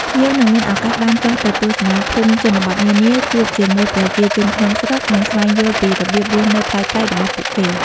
ភ្ញៀវនឹងមានឱកាសបានចុះទៅទស្សនាភូមិជនបទនានា ជួបជាមួយប្រជាជនក្នុងស្រុក និងស្វែងយល់ពីរបៀបរស់នៅប្លែកៗរបស់ពួកគេ។